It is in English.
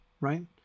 right